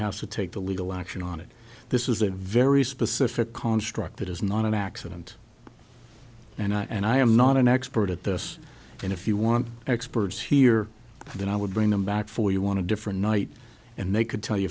has to take the legal action on it this is a very specific construct it is not an accident and i am not an expert at this and if you want experts here then i would bring them back for you want to different night and they could tell you